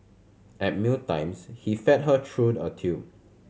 at meal times he fed her through a tube